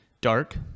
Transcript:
dark